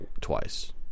twice